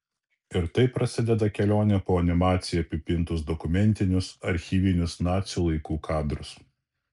ir taip prasideda kelionė po animacija apipintus dokumentinius archyvinius nacių laikų kadrus